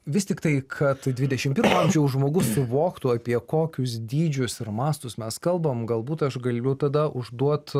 vis tiktai kad dvidešimt pirmo amžiaus žmogus suvoktų apie kokius dydžius ir mastus mes kalbam galbūt aš galiu tada užduot